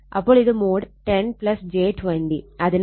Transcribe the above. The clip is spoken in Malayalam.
അപ്പോൾ ഇത് മോഡ് 10 j 20